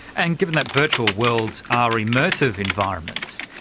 and given that virtual worlds are immersive environments,